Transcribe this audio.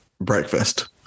breakfast